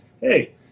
hey